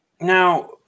now